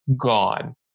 gone